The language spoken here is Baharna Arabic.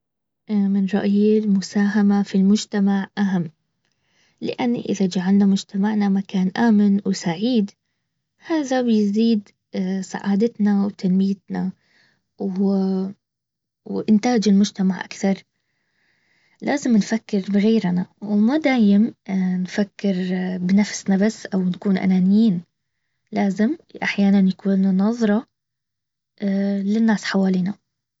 اه من رأيي المساهمة في المجتمع اهم. لاني اذا جعلنا مجتمعنا مكان امن وسعيد. هذا بيزيد سعادتنا وتنميتنا. وانتاج المجتمع اكثر. لازم نفكر بغيرنا. وما دايم نفكر بنفسنا بس او نكون انانيين. لازم احيانا يكون النظرة للناس حوالينا